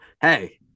Hey